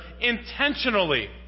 intentionally